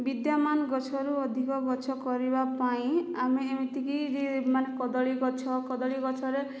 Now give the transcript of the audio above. ବିଦ୍ୟମାନ୍ ଗଛରୁ ଅଧିକ ଗଛ କରିବା ପାଇଁ ଆମେ ଏମିତି କି ଯେ ମାନେ କଦଳୀ ଗଛ କଦଳୀ ଗଛରେ